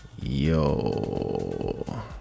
yo